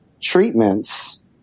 treatments